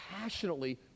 passionately